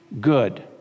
good